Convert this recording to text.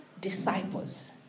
disciples